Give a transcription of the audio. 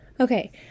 Okay